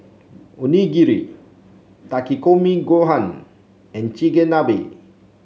Onigiri Takikomi Gohan and Chigenabe